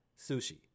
Sushi